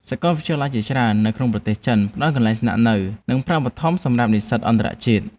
សាកលវិទ្យាល័យជាច្រើននៅក្នុងប្រទេសចិនផ្តល់កន្លែងស្នាក់នៅនិងប្រាក់ឧបត្ថម្ភសម្រាប់និស្សិតអន្តរជាតិ។